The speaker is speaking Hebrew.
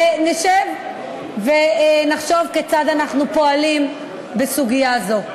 ונשב ונחשוב כיצד אנחנו פועלים בסוגיה זו.